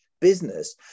business